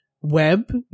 web